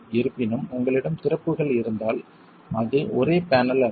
இருப்பினும் உங்களிடம் திறப்புகள் இருந்தால் அது ஒரே பேனல் அல்ல